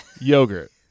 yogurt